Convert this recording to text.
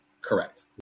Correct